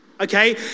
okay